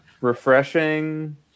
refreshing